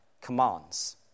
commands